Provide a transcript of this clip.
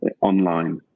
online